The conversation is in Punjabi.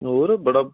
ਹੋਰ ਬੜਾ